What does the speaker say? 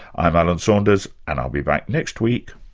i'm alan saunders, and i'll be back next week,